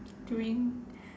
during